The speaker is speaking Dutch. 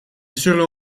zullen